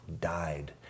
died